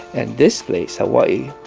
and this place, hawaii,